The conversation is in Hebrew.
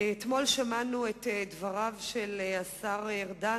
אתמול שמענו את דבריו של השר ארדן.